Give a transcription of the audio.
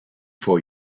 for